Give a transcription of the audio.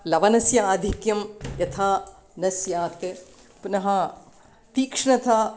लवणस्य आधिक्यं यथा न स्यात् पुनः तीक्ष्णता